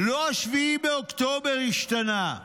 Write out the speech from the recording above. לא 7 באוקטובר השתנה,